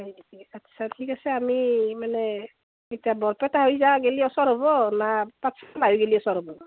হয় নেকি আচ্ছা ঠিক আছে আমি মানে এতিয়া বৰপেটা হৈ যা গে'লে ওচৰ হ'ব নে পাঠশালা হৈ গ'লে ওচৰ হ'ব